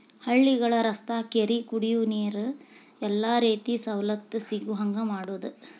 ಹಳ್ಳಿಗಳ ರಸ್ತಾ ಕೆರಿ ಕುಡಿಯುವ ನೇರ ಎಲ್ಲಾ ರೇತಿ ಸವಲತ್ತು ಸಿಗುಹಂಗ ಮಾಡುದ